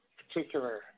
particular